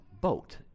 boat